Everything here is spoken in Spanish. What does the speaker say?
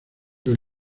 del